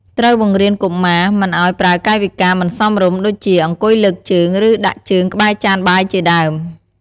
ត្រូវបង្រៀនកុមារ មិនឲ្យប្រើកាយវិការមិនសមរម្យ ដូចជាអង្គុយលើកជើង ឬដាក់ជើងក្បែរចានបាយជាដើម។